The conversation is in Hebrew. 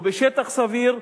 ובשטח סביר,